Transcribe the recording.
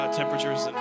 temperatures